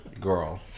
Girl